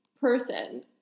person